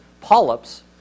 polyps